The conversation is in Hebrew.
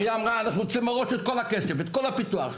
העירייה אמרה אנחנו רוצים מראש את כל הכסף ואת כל הפיתוח,